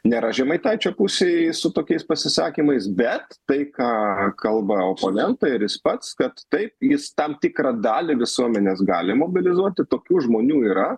nėra žemaitaičio pusėj su tokiais pasisakymais bet tai ką kalba oponentai ir jis pats kad taip jis tam tikrą dalį visuomenės gali mobilizuoti tokių žmonių yra